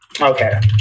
Okay